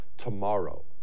tomorrow